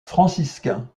franciscain